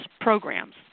programs